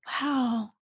Wow